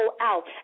out